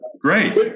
Great